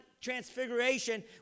Transfiguration